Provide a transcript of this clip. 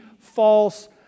false